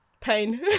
Pain